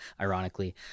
ironically